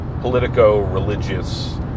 politico-religious